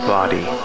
Body